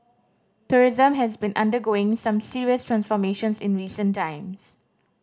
tourism has been undergoing some serious transformations in recent times